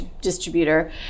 distributor